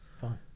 Fine